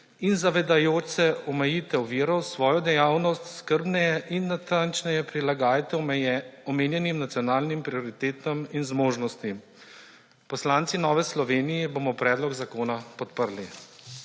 in zavedajoč se omejitev virov, svojo dejavnost skrbneje in natančneje prilagajati omenjenim nacionalnim prioritetam in zmožnostim. Poslanci Nove Slovenije bomo predlog zakona podprli.